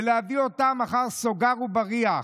ולהביא אותם אל מאחורי סורג ובריח.